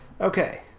Okay